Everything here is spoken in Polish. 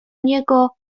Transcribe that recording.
niego